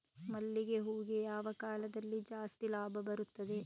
ಮಲ್ಲಿಗೆ ಹೂವಿಗೆ ಯಾವ ಕಾಲದಲ್ಲಿ ಜಾಸ್ತಿ ಲಾಭ ಬರುತ್ತದೆ?